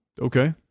Okay